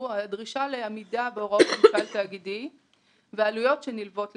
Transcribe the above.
הוא הדרישה לעמידה בהוראות ממשל תאגידי ובעלויות שנלוות לכך.